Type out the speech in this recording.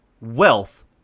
wealth